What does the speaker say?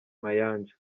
mayanja